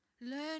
Learn